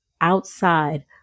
outside